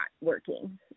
working